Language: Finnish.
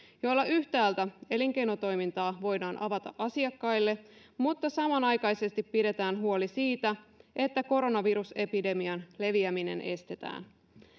joilla yhtäältä elinkeinotoimintaa voidaan avata asiakkaille mutta samanaikaisesti pidetään huoli siitä että koronavirusepidemian leviäminen estetään